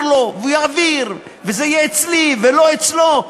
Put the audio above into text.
להעביר לו, והוא יעביר, וזה יהיה אצלי ולא אצלו.